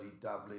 Dublin